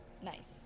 Nice